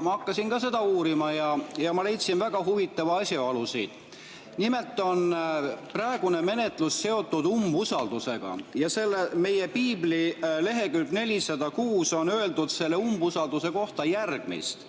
Ma hakkasin ka seda uurima ja leidsin siit väga huvitava asjaolu. Nimelt on praegune menetlus seotud umbusaldusega ja meie piibli leheküljel 406 on öeldud umbusalduse kohta järgmist: